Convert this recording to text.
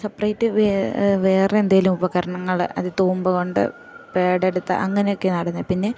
separate വേറെന്തെങ്കിലും ഉപകരണങ്ങൾ അത് തൂമ്പ കൊണ്ട് പേടെടുത്ത അങ്ങനെയൊക്കെയാണ് നടുന്നത് പിന്നെ